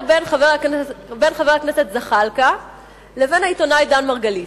בין חבר הכנסת זחאלקה לבין העיתונאי דן מרגלית.